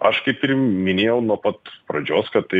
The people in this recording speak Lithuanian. aš kaip ir m minėjau nuo pat pradžios kad tai